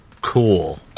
Cool